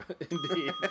indeed